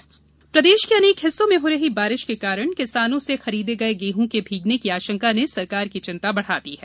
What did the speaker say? अनाज भीगा प्रदेश के अनेक हिस्सों में हो रही बारिश के कारण किसानों से खरीदे गए गेहूं के भीगने की आशंका ने सरकार की चिंता बढ़ा दी है